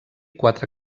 quatre